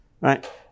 right